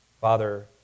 Father